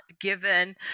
given